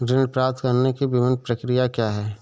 ऋण प्राप्त करने की विभिन्न प्रक्रिया क्या हैं?